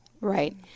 Right